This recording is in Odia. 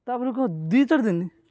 ତାହା ବୋଲି କ'ଣ ଦୁଇ ଚାରି ଦିନ